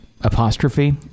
apostrophe